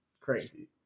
crazy